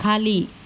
खाली